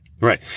Right